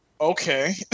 okay